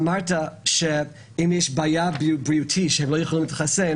אמרת שאם יש בעיה בריאותית שלא יכולים להתחסן